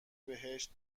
بهشت